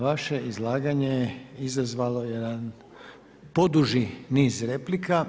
Vaše izlaganje je izazvalo jedan poduži niz replika.